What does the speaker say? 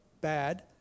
Bad